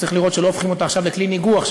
צריך לראות שלא הופכים אותה עכשיו לכלי ניגוח,